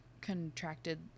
contracted